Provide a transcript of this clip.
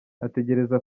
ategereza